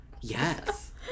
yes